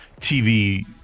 TV